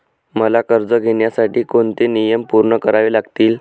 मला कर्ज घेण्यासाठी कोणते नियम पूर्ण करावे लागतील?